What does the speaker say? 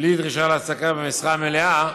בלי דרישה להעסקה במשרה מלאה,